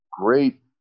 great